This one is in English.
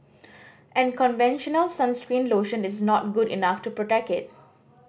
and conventional sunscreen lotion is not good enough to protect it